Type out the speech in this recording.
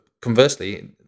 conversely